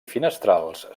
finestrals